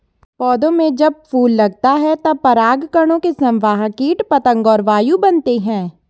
पौधों में जब फूल लगता है तब परागकणों के संवाहक कीट पतंग और वायु बनते हैं